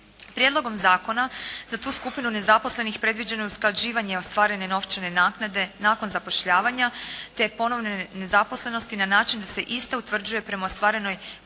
Prijedlogom zakona za tu skupinu nezaposlenih predviđeno je usklađivanje ostvarene novčane naknade nakon zapošljavanja te ponovne nezaposlenosti na način da se ista utvrđuje prema ostvarenoj